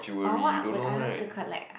oh what would I want to collect